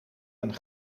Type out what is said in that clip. een